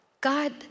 God